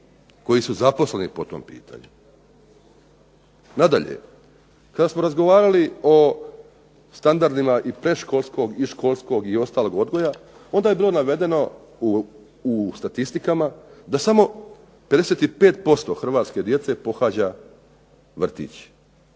koji su zaposleni po tom pitanju. Nadalje, kada smo razgovarali o standardima predškolskog, školskog i ostalog odgoja onda je bilo navedeno u statistikama da smo 55% hrvatske djece pohađa vrtić,